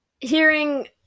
hearing